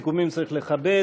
סיכומים צריך לכבד.